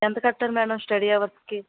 ఎంత కట్టాలి madam study హవర్స్కి